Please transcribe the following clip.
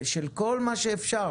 של כל מה שאפשר.